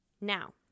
Now